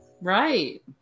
right